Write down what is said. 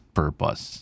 purpose